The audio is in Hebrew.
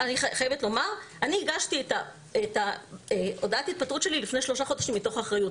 אני הגשתי את הודעת ההתפטרות שלי לפני שלושה חודשים מתוך אחריות.